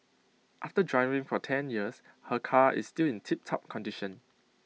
after driving for ten years her car is still in tiptop condition